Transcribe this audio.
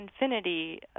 infinity